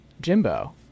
Jimbo